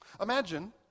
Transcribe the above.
imagine